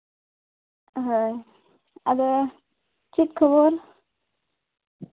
ᱦᱳᱭ ᱟᱫᱚ ᱪᱮᱫ ᱠᱷᱚᱵᱚᱨ